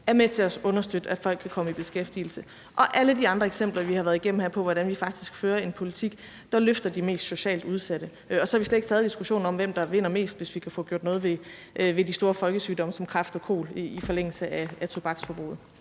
er med til at understøtte, at folk kan komme i beskæftigelse – og alle de andre eksempler, vi har været igennem her, på, hvordan vi faktisk fører en politik, der løfter de mest socialt udsatte. Og så har vi slet ikke taget diskussionen om, hvem der vinder mest, hvis vi kan få gjort noget ved de store folkesygdomme som kræft og kol i forlængelse af tobaksforbruget.